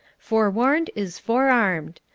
forewarned is forearmed.